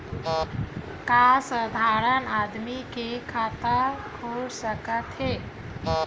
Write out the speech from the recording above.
का साधारण आदमी के खाता खुल सकत हे?